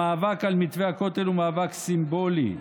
המאבק על מתווה הכותל הוא מאבק סימבולי.